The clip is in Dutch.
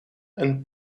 een